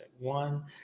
One